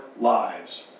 lives